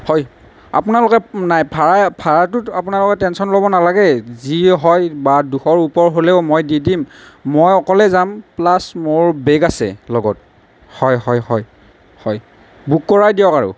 হয় আপোনালোকে নাই ভাৰা ভাৰাটোত আপোনালোকৰ টেনচন ল'ব নালাগে যি হয় বা দুশৰ ওপৰ হলেও মই দি দিম মই অকলে যাম প্লাছ মোৰ বেগ আছে লগত হয় হয় হয় হয় বুক কৰাই দিয়ক আৰু